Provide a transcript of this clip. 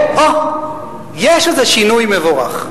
שאוה, יש איזה שינוי מבורך.